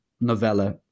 novella